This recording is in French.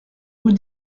rue